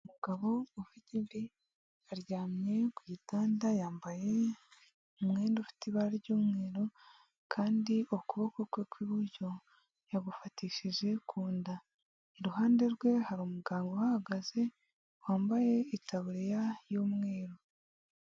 Umugabo ufite imvi aryamye ku gitanda yambaye umwenda ufite ibara ry'umweru kandi ukuboko kwe kw'iburyo yagufatishije ku nda. Iruhande rwe hari umuganga uhahagaze wambaye ikaburiya y'umweru.